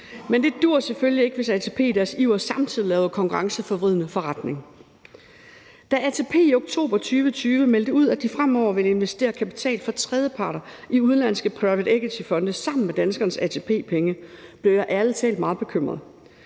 men det duer selvfølgelig ikke, hvis ATP i deres iver samtidig laver konkurrenceforvridende forretning. Da ATP i oktober 2020 meldte ud, at de fremover ville investere kapital fra tredjeparter i udenlandske private equity-fonde sammen med danskernes ATP-penge, blev jeg ærlig talt meget bekymret,